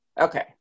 Okay